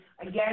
Again